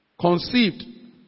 conceived